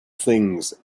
things